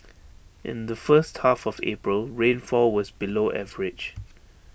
in the first half of April rainfall was below average